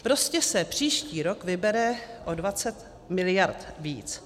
Prostě se příští rok vybere o 20 mld. víc.